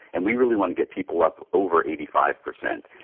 and we really want to get people up over eighty five percent.